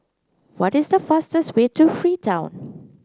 what is the fastest way to Freetown